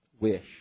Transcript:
wish